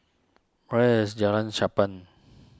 where is Jalan Cherpen